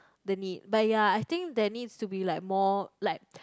the need but ya I think there needs to be like more like